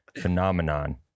Phenomenon